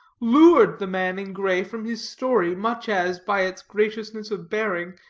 lured the man in gray from his story, much as, by its graciousness of bearing,